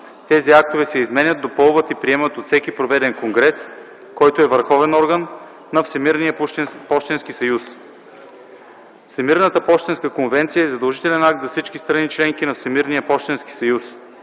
Тези актове се изменят, допълват и приемат от всеки проведен конгрес, който е върховен орган на Всемирния пощенски съюз. Всемирната пощенска конвенция е задължителен акт за всички страни – членки на Всемирния пощенски съюз